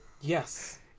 Yes